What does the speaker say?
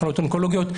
מחלות אונקולוגיות,